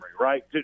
right